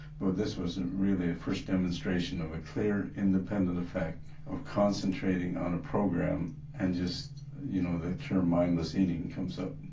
but this was really a first demonstration of a clear independent effect of concentrating on a program and just you know, the term mindless eating comes up.